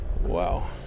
Wow